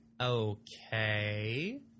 Okay